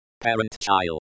Parent-child